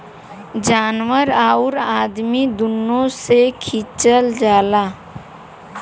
जानवर आउर अदमी दुनो से खिचल जाला